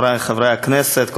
חברי חברי הכנסת,